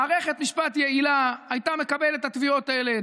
מערכת משפט יעילה הייתה מקבלת את התביעות האלה,